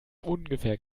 ungefähr